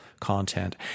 content